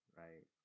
right